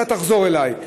אתה תחזור אלי.